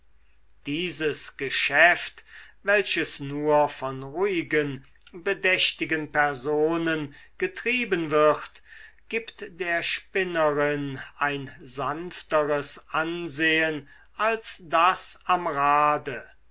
dieses geschäft welches nur von ruhigen bedächtigen personen getrieben wird gibt der spinnerin ein sanfteres ansehen als das am rade